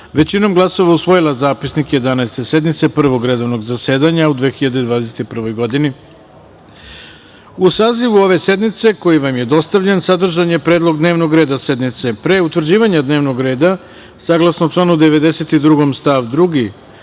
većinom glasova usvojila Zapisnik Jedanaeste sednice Prvog redovnog zasedanja u 2021. godini.U sazivu ove sednice, koji vam je dostavljen, sadržan je Predlog dnevnog reda sednice. Pre utvrđivanja dnevnog reda, saglasno članu 92. stav 2.